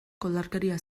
koldarkeria